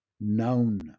known